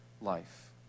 life